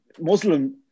Muslim